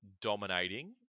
dominating